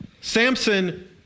Samson